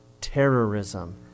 terrorism